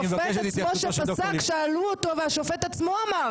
השופט עצמו שפסק, כששאלו אותו, והוא אמר.